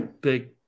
big